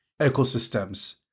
ecosystems